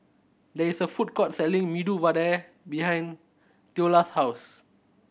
there is a food court selling Medu Vada behind Theola's house